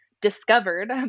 discovered